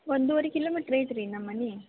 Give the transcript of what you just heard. ಒಂದೂವರೆ ಕಿಲೋಮೀಟ್ರ್ ಐತೆ ರೀ ನಮ್ಮ ಮನೆ